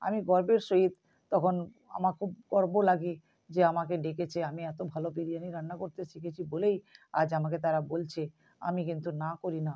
আমি গর্বের সহিত তখন আমার খুব গর্ব লাগে যে আমাকে ডেকেছে আমি এত ভালো বিরিয়ানি রান্না করতে শিখেছি বলেই আজ আমাকে তারা বলছে আমি কিন্তু না করি না